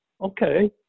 okay